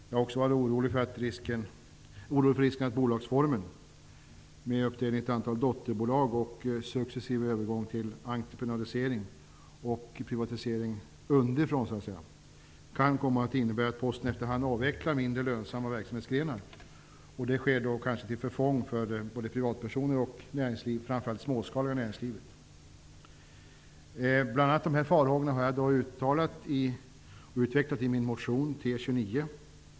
Jag har också varit orolig för risken att bolagsformen -- med uppdelning i ett antal dotterbolag och successiv övergång till entreprenadisering och privatisering ''underifrån'' -- kan komma att innebära att Posten efterhand avvecklar mindre lönsamma verksamhetsgrenar. Det sker kanske till förfång för både privatpersoner och näringsliv, framför allt det småskaliga näringslivet. Bl.a. dessa farhågor har jag utvecklat i min motion T29.